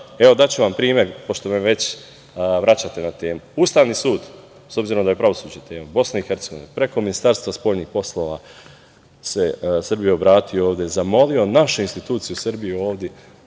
Evo, daću vam primer, pošto me već vraćate na temu. Ustavni sud, s obzirom da je pravosuđe tema, Bosna i Hercegovina preko Ministarstva spoljnih poslova se Srbiji obratio ovde, zamolio naše institucije u Srbiji ovde